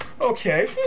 okay